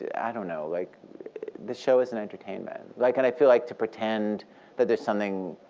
i don't know. like the show is an entertainment, like and i feel like to pretend that there's something